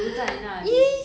ya